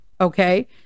Okay